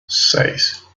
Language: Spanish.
seis